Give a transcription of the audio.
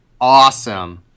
awesome